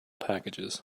packages